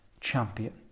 champion